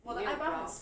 你没有 eyebrows